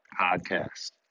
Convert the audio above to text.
podcast